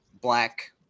black